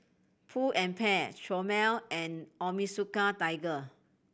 Pull and Bear Chomel and Onitsuka Tiger